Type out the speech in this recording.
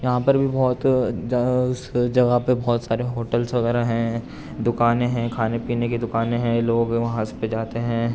یہاں پربھی بہت جگہ پہ بہت سارے ہوٹلس وغیرہ ہیں دکانیں ہیں کھانے پینے کی دکانیں ہیں لوگ وہاں پہ جاتے ہیں